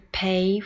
pay